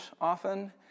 often